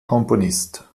komponist